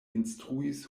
instruis